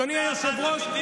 אדוני היושב-ראש,